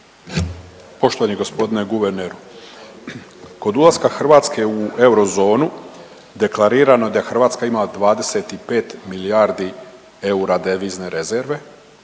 Poštovani g. guverneru, kod ulaska Hrvatske u Eurozonu deklarirano je da Hrvatska ima 25 milijardi eura devizne rezerve,